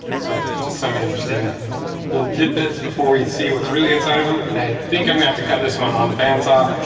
so just some interesting little tidbits before we see what's really inside of them and i think i'm gonna have to cut this one on the bandsaw.